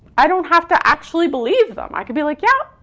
i don't have to actually believe them. i could be like, yeah,